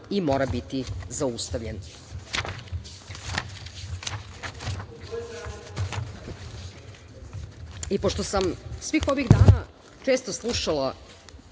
i mora biti zaustavljen. Pošto sam svih ovih dana često slušala